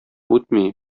үтми